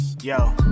Yo